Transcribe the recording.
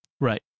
Right